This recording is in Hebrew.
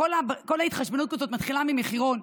כל ההתחשבנות הזאת מתחילה ממחירון,